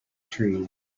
trees